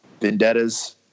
Vendettas